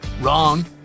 Wrong